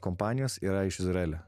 kompanijos yra iš izraelio